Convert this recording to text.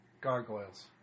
Gargoyles